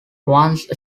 once